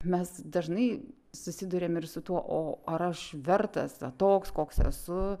mes dažnai susiduriam ir su tuo o ar aš vertas toks koks esu